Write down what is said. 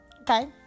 okay